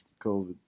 COVID